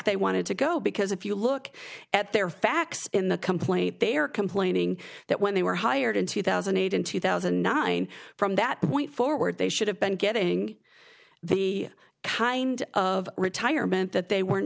they wanted to go because if you look at their facts in the complaint they're complaining that when they were hired in two thousand and eight in two thousand and nine from that point forward they should have been getting the kind of retirement that they weren't